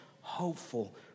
hopeful